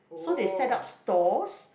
so they set up stores